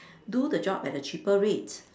do the job at a cheaper rate